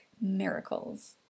miracles